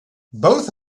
both